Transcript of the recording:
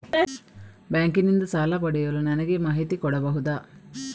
Bank ನಿಂದ ಸಾಲ ಪಡೆಯಲು ನನಗೆ ಮಾಹಿತಿ ಕೊಡಬಹುದ?